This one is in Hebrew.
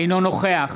אינו נוכח